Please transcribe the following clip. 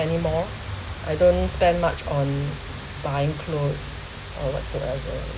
anymore I don't spend much on buying clothes or what so ever